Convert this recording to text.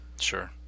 Sure